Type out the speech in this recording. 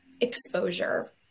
exposure